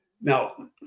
Now